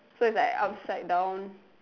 so it's like upside down